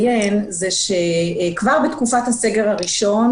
כבר בתקופת הסגר הראשון